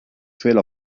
trail